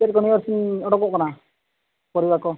ᱪᱮᱫ ᱠᱟᱹᱢᱤᱭᱟᱹ ᱠᱤ ᱚᱰᱚᱠᱚᱜ ᱠᱟᱱᱟ ᱯᱟᱹᱣᱨᱟᱹ ᱠᱚ